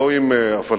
לא עם הפלסטינים,